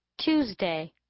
Tuesday